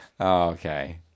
Okay